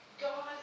God